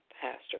Pastor